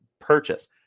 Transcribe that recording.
purchase